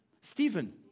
Stephen